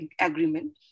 agreement